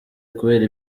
kubera